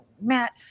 Matt